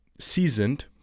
seasoned